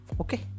Okay